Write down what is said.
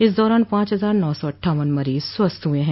इस दौरान पांच हजार नौ सौ अट्ठावन मरीज स्वस्थ हुए हैं